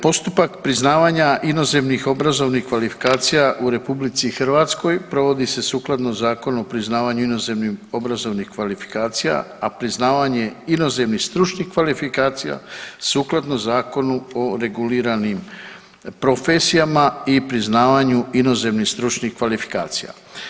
Postupak priznavanja inozemnih obrazovnih kvalifikacija u RH provodi se sukladno Zakonu o priznavanju inozemnih obrazovnih kvalifikacija, a priznavanje inozemnih stručnih kvalifikacija sukladno Zakonu o reguliranim profesijama i priznavanju inozemnih stručnih kvalifikacija.